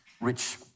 rich